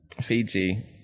Fiji